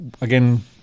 again